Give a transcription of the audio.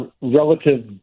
relative